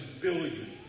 billion